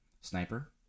sniper